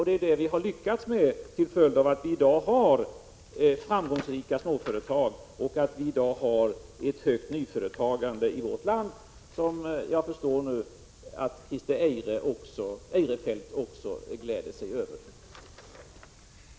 Det har vi också lyckats med 29 — detta med den följden att vi i dag har framgångsrika småföretag och att vi i dag har ett stort nyföretagande i vårt land. Jag förstår nu att Christer Eirefelt också gläder sig över det.